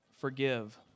forgive